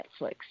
Netflix